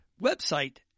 website